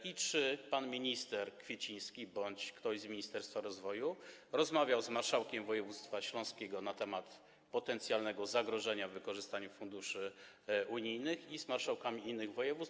I czy pan minister Kwieciński bądź ktoś z ministerstwa rozwoju rozmawiał z marszałkiem województwa śląskiego na temat potencjalnego zagrożenia w wykorzystaniu funduszy unijnych i z marszałkami innych województw?